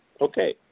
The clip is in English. Okay